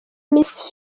miss